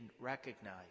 recognize